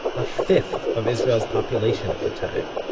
a fifth of israel's population at the time.